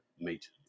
meet